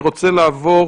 אני רוצה לעבור